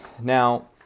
Now